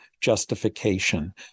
justification